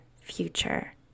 future